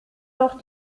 noch